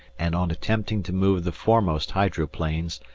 and on attempting to move the foremost hydroplanes,